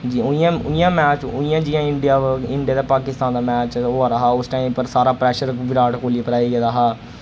जी उ'आं उ'आं मैच उ'यां जि'यां इंडिया व इंडिया ते पाकिस्तान दा मैच दा हा उस टाइम पर सारा प्रैशर विराट कोहली उप्पर आई गेदा हा